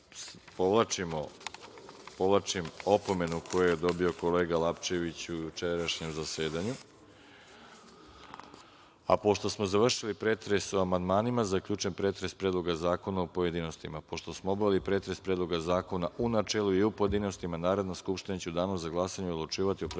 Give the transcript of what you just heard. povlačim opomenu koju je dobio kolega Lapčević u jučerašnjem zasedanju. Pošto smo završili pretres o amandmanima, zaključujem pretres Predloga zakona u pojedinostima. Pošto smo obavili pretres Predloga zakona u načelu i u pojedinostima, Narodna skupština će u danu za glasanje odlučivati o Predlogu